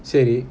சேரி:seri